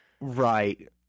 right